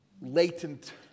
latent